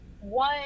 one